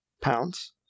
pounds